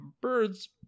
birds